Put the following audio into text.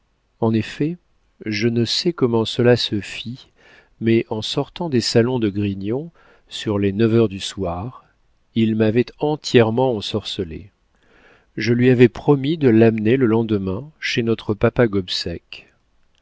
en effet je ne sais comment cela se fit mais en sortant des salons de grignon sur les neuf heures du soir il m'avait entièrement ensorcelé je lui avais promis de l'amener le lendemain chez notre papa